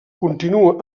continua